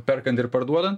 perkant ir parduodant